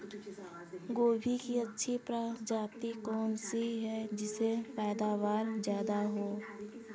गोभी की अच्छी प्रजाति कौन सी है जिससे पैदावार ज्यादा हो?